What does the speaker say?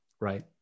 Right